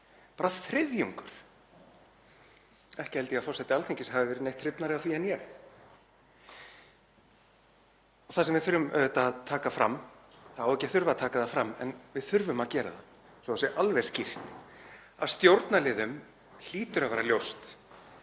Bara þriðjungur. Ekki held ég að forseti Alþingis hafi verið neitt hrifnari af því en ég. Það sem við þurfum að taka fram — það á ekki að þurfa að taka það fram en við þurfum að gera það svo það sé alveg skýrt — er að stjórnarliðum hlýtur að vera ljóst